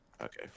Okay